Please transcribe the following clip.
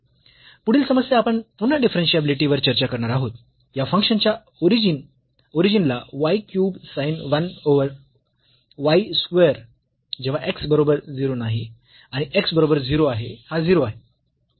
पुढील समस्या आपण पुन्हा डिफरन्शियाबिलिटी वर चर्चा करणार आहोत या फंक्शन च्या ओरिजिनला y cube sin 1 over y square जेव्हा x बरोबर 0 नाही आणि x बरोबर 0 आहे हा 0 आहे